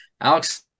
Alex